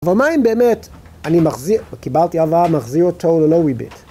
אבל מה אם באמת, אני מחזיר, קיבלתי הלוואה, מחזיר אותו ללא ריבית?